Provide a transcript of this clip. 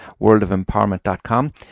worldofempowerment.com